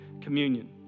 communion